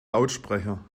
lautsprecher